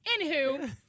Anywho